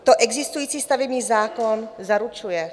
To existující stavební zákon zaručuje.